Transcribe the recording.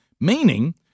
meaning